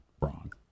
wrong